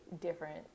different